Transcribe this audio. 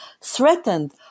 threatened